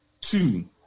two